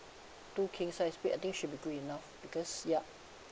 two king size bed I think should be good enough because yup